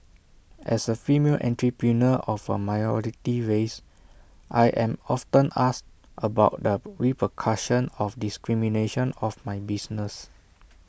as A female entrepreneur of A minority race I am often asked about the repercussion of discrimination of my business